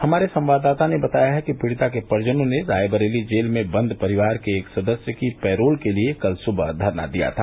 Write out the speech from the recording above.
हमारे संवाददाता ने बताया है कि पीड़िता के परिजनों ने रायबरेली जेल में बंद परिवार के एक सदस्य की पैरोल के लिए कल सुबह धरना दिया था